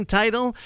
title